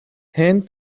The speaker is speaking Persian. هند